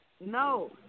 No